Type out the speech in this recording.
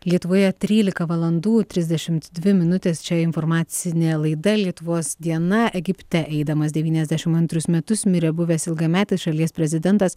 lietuvoje trylika valandų trisdešimt dvi minutės čia informacinė laida lietuvos diena egipte eidamas devyniasdešim antrus metus mirė buvęs ilgametis šalies prezidentas